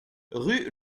rue